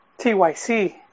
TYC